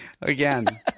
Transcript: Again